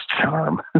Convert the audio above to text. charm